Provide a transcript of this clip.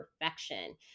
Perfection